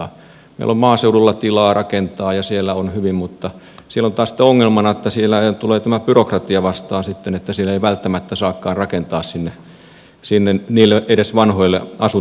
meillä on maaseudulla tilaa rakentaa ja siellä on hyvin mutta siellä on sitten taas ongelmana se että siellä tulee tämä byrokratia vastaan että siellä ei välttämättä saakaan rakentaa edes niille vanhoille asuntopaikoille